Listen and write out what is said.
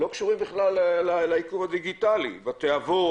לא רצינו לצאת עם פתרון שהוא חלקי,